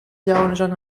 جوانشان